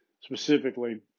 specifically